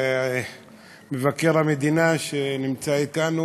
מבקר המדינה, שנמצא אתנו,